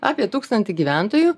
apie tūkstantį gyventojų